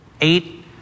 eight